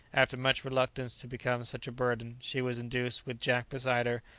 after much reluctance to become such a burden, she was induced, with jack beside her,